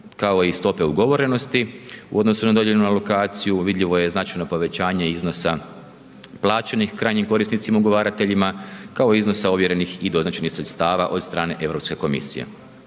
kao i stope ugovorenosti u odnosu na dodijeljenu alokaciju. Vidljivo je značajno povećanje iznosa plaćenih krajnjih korisnicima ugovarateljima, kao i iznosa ovjerenih i doznačenih sredstava od strane EU komisije.